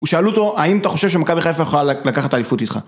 ושאלו אותו האם אתה חושב שמכבי חיפה יכולה לקחת את האליפות איתך